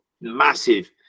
massive